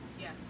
Yes